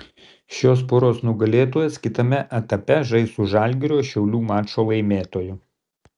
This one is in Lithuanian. šios poros nugalėtojas kitame etape žais su žalgirio šiaulių mačo laimėtoju